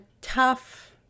tough